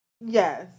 Yes